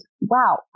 wow